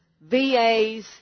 VAs